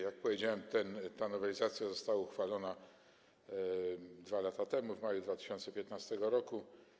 Jak powiedziałem, ta nowelizacja została uchwalona 2 lata temu, w maju 2015 r.